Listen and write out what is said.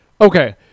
Okay